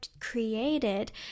created